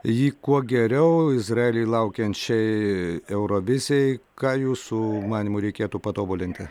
jį kuo geriau izraelyje laukiančiai eurovizijai ką jūsų manymu reikėtų patobulinti